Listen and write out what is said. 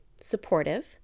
supportive